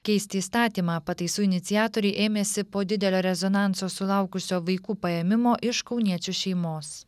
keisti įstatymą pataisų iniciatoriai ėmėsi po didelio rezonanso sulaukusio vaikų paėmimo iš kauniečių šeimos